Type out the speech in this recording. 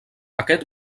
aquest